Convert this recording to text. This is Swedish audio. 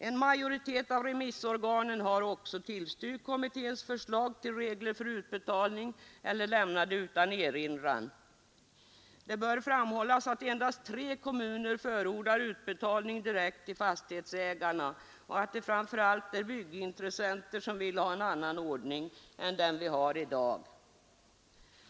En majoritet av remissorganen har också tillstyrkt kommitténs förslag till regler för utbetalning eller lämnat det utan erinran. Det bör framhållas att endast tre kommuner förordar utbetalning direkt till fastighetsägarna och att det framför allt är byggintressenter som vill ha en annan ordning än den vi har i dag.